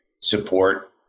support